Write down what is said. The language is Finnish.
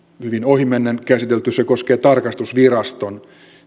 hyvin ohimennen käsitelty se koskee tarkastusviraston